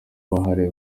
bahari